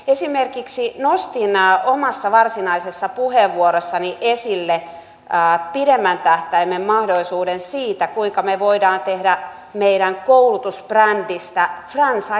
esimerkiksi nostin omassa varsinaisessa puheenvuorossani esille pidemmän tähtäimen mahdollisuuden siitä kuinka me voimme tehdä meidän koulutusbrändistä franchising ketjun